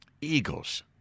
Eagles